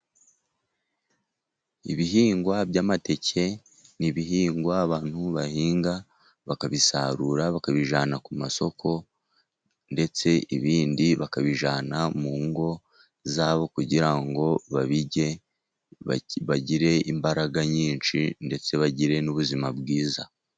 Ibihingwa by'amateke ni ibihingwa abantu bahinga bakabisarura, bakabijyana ku masoko ndetse ibindi bakabijyana mu ngo zabo kugira ngo babirye bagire imbaraga nyinshi ndetse bagire n'ubuzima bwiza.